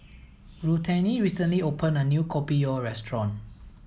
Ruthanne recently opened a new Kopi o restaurant